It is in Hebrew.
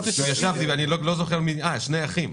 שני אחים,